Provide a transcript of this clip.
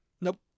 Nope